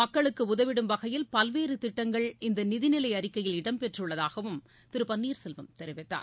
மக்களுக்கு உதவிடும் வகையில் பல்வேறு திட்டங்கள் இந்த நிதிநிலை அறிக்கையில் இடம்பெற்றுள்ளதாகவும் திரு பன்னீர் செல்வம் தெரிவித்தார்